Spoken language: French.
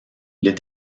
les